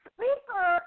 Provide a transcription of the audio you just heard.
Speaker